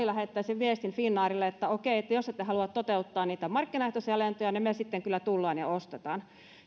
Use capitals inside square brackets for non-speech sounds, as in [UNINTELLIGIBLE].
[UNINTELLIGIBLE] lähettäisi finnairille viestin että okei jos ette halua toteuttaa niitä markkinaehtoisia lentoja niin me sitten kyllä tullaan ja ostetaan